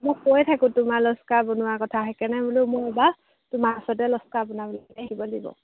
মই কৈ থাকোঁ তোমাৰ লচকৰা বনোৱাৰ কথা সেইকাৰণে বোলো মই এইবাৰ তোমাৰ ওচৰতে লচকৰা বনাবলৈ আহিব লাগিব